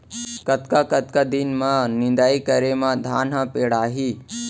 कतका कतका दिन म निदाई करे म धान ह पेड़ाही?